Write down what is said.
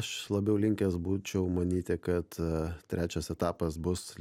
aš labiau linkęs būčiau manyti kad trečias etapas bus